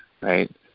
right